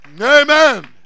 Amen